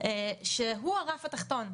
שהוא הרף התחתון.